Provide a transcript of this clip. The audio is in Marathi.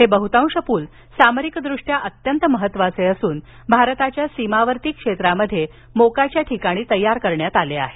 हे बहुतांश पूल सामरिकदृष्ट्या अत्यंत महत्त्वाचे असून भारताच्या सीमावर्ती क्षेत्रामध्ये मोक्याच्या ठिकाणी तैय्यार करण्यात आले आहेत